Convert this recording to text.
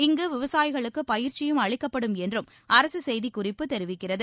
இங்கு விவசாயிகளுக்கு பயிற்சியும் அளிக்கப்படும் என்றும் அரசு செய்தி குறிப்பு தெரிவிக்கிறது